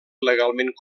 legalment